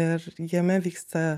ir jame vyksta